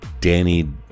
Danny